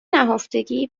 نهفتگی